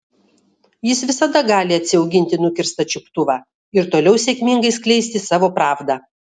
jis visada gali atsiauginti nukirstą čiuptuvą ir toliau sėkmingai skleisti savo pravdą